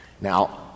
Now